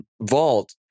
vault